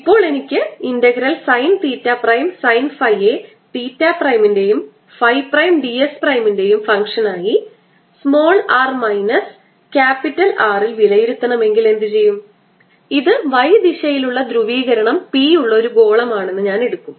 ഇപ്പോൾ എനിക്ക് integral sine theta prime sine ഫൈയെ തീറ്റ പ്രൈമിന്റെയും ഫൈ പ്രൈം dS പ്രൈമിന്റെയും ഫംഗ്ഷൻ ആയി r മൈനസ് R ൽ വിലയിരുത്തണമെങ്കിൽ എന്തു ചെയ്യും ഇത് y ദിശയിലുള്ള ധ്രുവീകരണം P ഉള്ള ഒരു ഗോളമാണെന്ന് ഞാൻ എടുക്കും